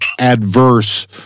adverse